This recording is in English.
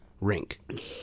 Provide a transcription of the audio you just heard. rink